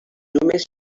només